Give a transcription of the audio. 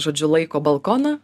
žodžiu laiko balkoną ar